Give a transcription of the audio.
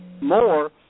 more